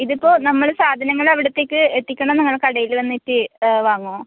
ഇതിപ്പോൾ നമ്മൾ സാധങ്ങൾ അവിടത്തേയ്ക്ക് എത്തിക്കണം എന്നാണോ കടയിൽ വന്നിട്ട് വാങ്ങുമോ